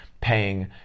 paying